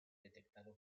detectado